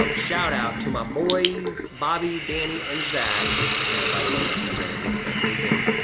um shout-out to my boys bobby, danny and zach and by the way my son, danny, looks like lincoln.